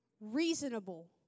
reasonable